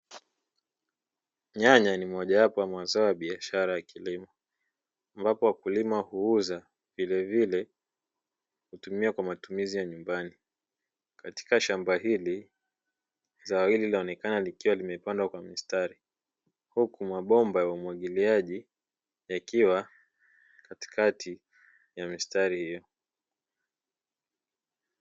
Nyanya ni mojawapo ya mazao ya biashara ya kilimo ambapo wakulima huuza vilevile hutumia kwa matumizi ya nyumbani. Katika shamba hili zao hili linaonekana likiwa limepandwa kwa mistari huku mabomba ya umwagiliaji yakiwa katikati ya mistari hiyo.